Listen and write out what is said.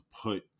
put